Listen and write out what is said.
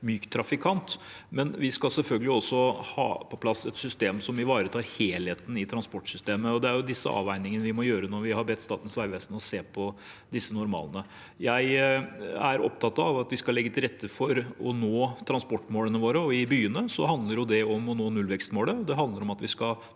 myk trafikant. Men vi skal selvfølgelig også ha på plass et system som ivaretar helheten i transportsystemet. Det er de avveiningene vi må gjøre når vi har bedt Statens vegvesen om å se på disse normalene. Jeg er opptatt av at vi skal legge til rette for å nå transportmålene våre. I byene handler det om å nå nullvekstmålet, og det handler om at vi skal